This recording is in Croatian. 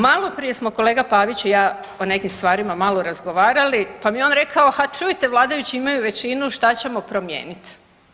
Maloprije smo kolega Pavić i ja o nekim stvarima malo razgovarali pa mi je on rekao, ha čujte vladajući imaju većinu šta ćemo promijenit.